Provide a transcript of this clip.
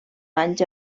anys